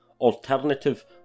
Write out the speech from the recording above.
Alternative